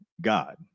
God